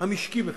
המשקי בכלל,